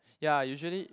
ya usually